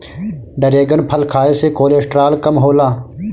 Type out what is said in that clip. dragon फल खाए से कोलेस्ट्राल कम होला